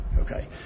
Okay